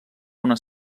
una